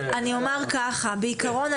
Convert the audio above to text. בעיקרון,